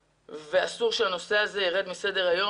אסור שהנושא הזה ירד מסדר היום.